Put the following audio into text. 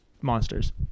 monsters